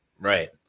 Right